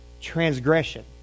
transgression